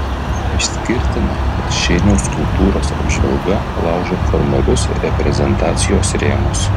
išskirtina kad šeiniaus kultūros apžvalga laužo formalius reprezentacijos rėmus